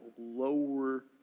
lower